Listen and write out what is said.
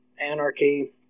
anarchy